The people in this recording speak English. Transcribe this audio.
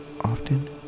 Often